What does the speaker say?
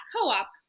co-op